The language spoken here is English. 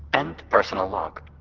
end personal log